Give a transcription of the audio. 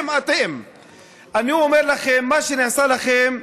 אני רוצה לפנות לאמסלם,